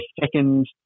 second